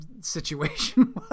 situation